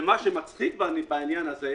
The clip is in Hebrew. מה שמצחיק בעניין הזה,